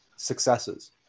successes